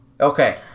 Okay